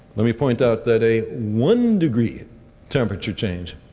let me point out that a one degree temperature change,